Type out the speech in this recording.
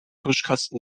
tuschkasten